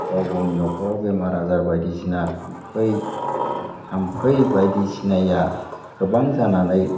गाव गावनि न'खराव बेमार आजार बायदिसिना थाम्फै बायदिसिनाया गोबां जानानै